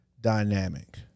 dynamic